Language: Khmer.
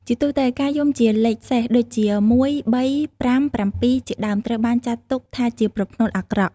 ជាទូទៅការយំជាលេខសេស ដូចជា ១, ៣, ៥, ៧ ជាដើម ត្រូវបានចាត់ទុកថាជាប្រផ្នូលអាក្រក់។